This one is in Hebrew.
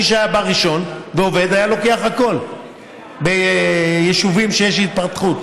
מי שהיה בא ראשון ועובד היה לוקח הכול ביישובים שיש בהם התפתחות.